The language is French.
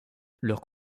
leur